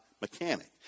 mechanic